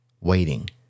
waiting